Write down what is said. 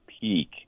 peak